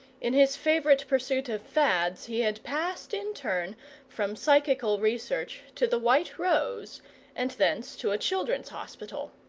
in his favourite pursuit of fads he had passed in turn from psychical research to the white rose and thence to a children's hospital,